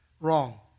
Wrong